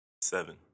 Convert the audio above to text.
Seven